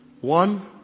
One